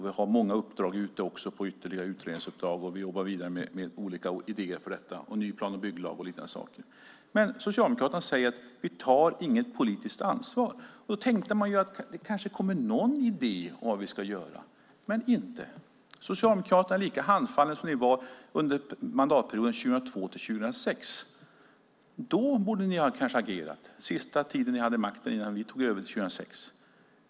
Vi har många uppdrag under utredning, och vi har den nya plan och bygglagen. Socialdemokraterna säger att vi inte tar något politiskt ansvar. Jag trodde att det skulle komma någon idé om vad vi ska göra, men det gjorde det inte. Socialdemokraterna är lika handfallna nu som under mandatperioden 2002-2006. Då borde ni kanske ha agerat - den sista tiden ni hade makten innan vi tog över 2006.